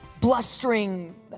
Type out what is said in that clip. BLUSTERING